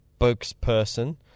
spokesperson